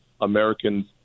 Americans